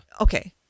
Okay